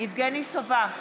יבגני סובה,